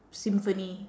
symphony